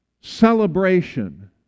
celebration